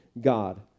God